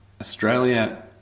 Australia